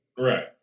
Right